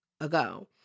ago